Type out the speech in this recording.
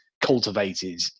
cultivated